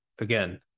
again